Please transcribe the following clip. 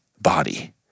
body